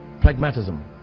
pragmatism